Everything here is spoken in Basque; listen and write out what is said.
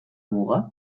muga